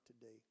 today